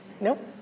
Nope